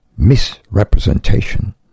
misrepresentation